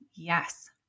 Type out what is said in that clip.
Yes